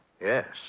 Yes